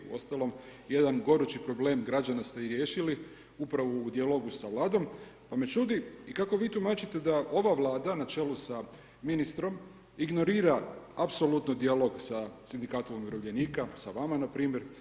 Uostalom jedan gorući problem građana ste i riješili upravo u dijalogu sa Vladom, pa me čudi i kako vi tumačite da ova Vlada na čelu sa ministrom, ignorira apsolutno dijalog sa Sindikatom umirovljenika, sa vama, na primjer?